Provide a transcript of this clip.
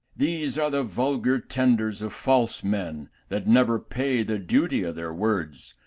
these are the vulgar tenders of false men, that never pay the duty of their words.